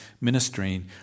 ministering